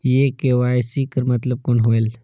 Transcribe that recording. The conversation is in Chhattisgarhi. ये के.वाई.सी कर मतलब कौन होएल?